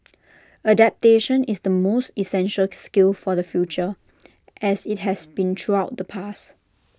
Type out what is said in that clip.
adaptation is the most essential skill for the future as IT has been throughout the past